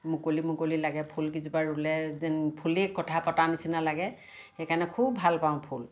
মুকলি মুকলি লাগে ফুল কেইজোপা ৰুলে যেন ফুলেই কথা পতা নিচিনা লাগে সেইকাৰণে খুব ভালপাওঁ ফুল